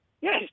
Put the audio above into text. Yes